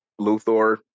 Luthor